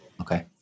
Okay